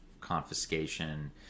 confiscation